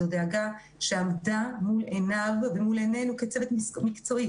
זאת דאגה שעמדה מול עיניו ומול עינינו כצוות מקצועי,